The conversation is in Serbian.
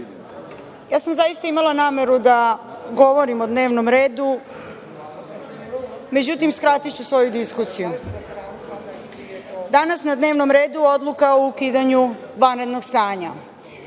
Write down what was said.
zaista sam imala nameru da govorim o dnevnom redu. Međutim, skratiću svoju diskusiju. Danas na dnevnom redu Odluka o ukidanju vanrednog stanja.